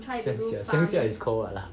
乡下乡下 is call what ah